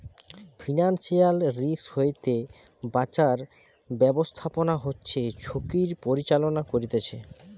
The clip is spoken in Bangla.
ফিনান্সিয়াল রিস্ক হইতে বাঁচার ব্যাবস্থাপনা হচ্ছে ঝুঁকির পরিচালনা করতিছে